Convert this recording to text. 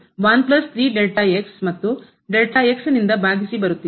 ಆದ್ದರಿಂದ ಇದು 13 ಮತ್ತುನಿಂದ ಭಾಗಿಸಿ ಬರುತ್ತಿತ್ತು